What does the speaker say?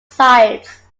sides